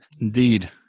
Indeed